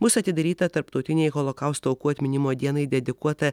bus atidaryta tarptautinei holokausto aukų atminimo dienai dedikuota